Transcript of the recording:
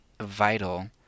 vital